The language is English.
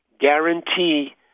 guarantee